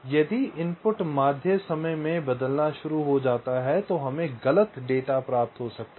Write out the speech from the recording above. यदि इनपुट माध्य समय में बदलना शुरू हो जाता है तो गलत डेटा प्राप्त हो सकता है